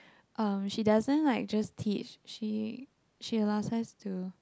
um she doesn't like just teach she she allows us to